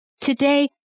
today